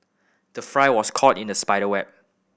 the fly was caught in the spider web